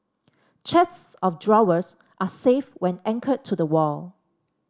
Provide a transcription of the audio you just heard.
chests of drawers are safe when anchored to the wall